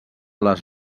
les